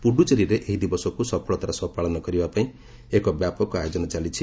ପ୍ରଡ୍ରଚେରୀରେ ଏହି ଦିବସକୁ ସଫଳତାର ସହ ପାଳନ କରିବା ପାଇଁ ଏକ ବ୍ୟାପକ ଆୟୋକନ ଚାଲିଛି